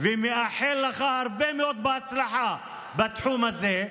ומאחל לך הרבה מאוד הצלחה בתחום הזה,